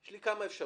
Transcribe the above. יש לי כמה אפשרויות.